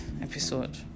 episode